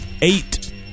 Eight